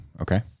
Okay